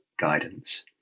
guidance